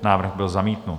Návrh byl zamítnut.